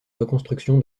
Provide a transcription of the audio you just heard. reconstruction